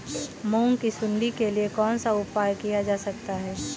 मूंग की सुंडी के लिए कौन सा उपाय किया जा सकता है?